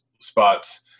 spots